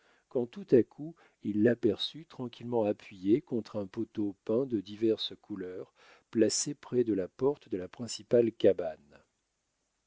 quand tout à coup il l'aperçut tranquillement appuyé contre un poteau peint de diverses couleurs placé près de la porte de la principale cabane